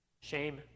Shame